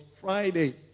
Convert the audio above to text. Friday